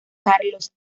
carlos